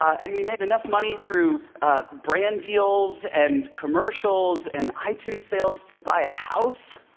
and we made enough money through brand deals and commercials and itunes sales to buy a house.